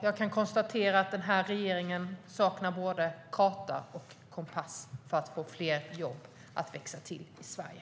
Jag kan konstatera att den här regeringen saknar både karta och kompass för att få fler jobb att växa till i Sverige.